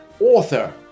author